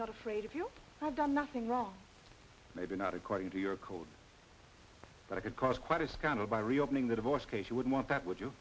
not afraid of you done nothing wrong maybe not according to your code but i could cause quite a scandal by reopening the divorce case you would want that would you